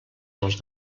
dels